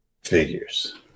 Figures